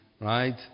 Right